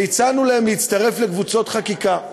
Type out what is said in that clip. והצענו להם להצטרף לקבוצות חקיקה.